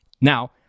Now